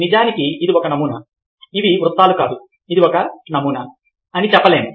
నిజానికి ఇది ఒక నమూనా ఇవి వృత్తాలు కాదు ఇది ఒక నమూనా అని చెప్పలేము